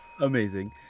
Amazing